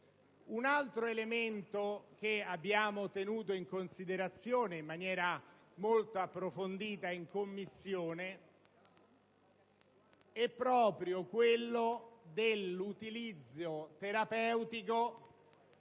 Un altro elemento che abbiamo tenuto in considerazione in maniera molto approfondita in Commissione è proprio quello dell'utilizzo terapeutico